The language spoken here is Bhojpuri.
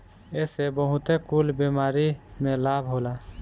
एसे बहुते कुल बीमारी में लाभ होला